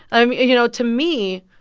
um yeah you know, to me,